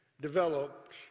developed